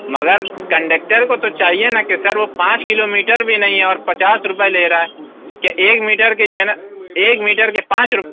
مگر کںڈیکٹر کو تو چاہیے نا کہ سر وہ پانچ کیلو میٹر بھی نہیں ہے اور پچاس روپئے لے رہا ہے کیا ایک میٹر کے جو ہے نا ایک میٹر کے پانچ روپ